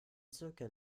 zirkel